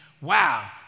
wow